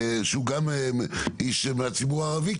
שהוא גם איש מהציבור הערבי?